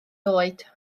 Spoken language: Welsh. oed